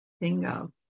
Bingo